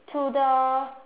to the